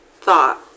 thought